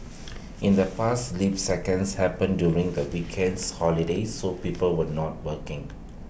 in the past leap seconds happened during the weekends holidays so people were not working